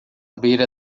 beira